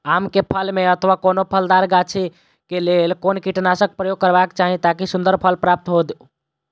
आम क फल में अथवा कोनो फलदार गाछि क लेल कोन कीटनाशक प्रयोग करबाक चाही ताकि सुन्दर फल प्राप्त हुऐ?